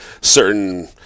certain